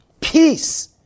Peace